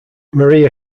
maria